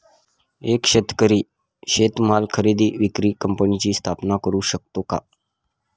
एक शेतकरी शेतीमाल खरेदी विक्री कंपनीची स्थापना करु शकतो का?